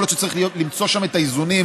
יכול להיות שצריך למצוא שם את האיזונים,